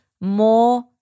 more